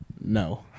No